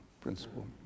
principle